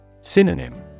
Synonym